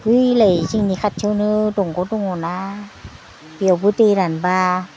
बैलाय जोंनि खाथियावनो दंग दङना बेवबो दै रानब्ला